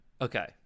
Okay